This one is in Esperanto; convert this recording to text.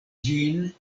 ĝin